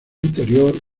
interior